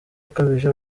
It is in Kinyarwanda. ukabije